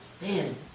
Man